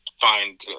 find